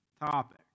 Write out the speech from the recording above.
topic